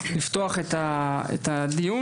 לפתוח את הדיון,